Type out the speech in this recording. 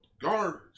garbage